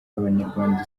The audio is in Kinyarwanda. abanyarwanda